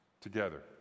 together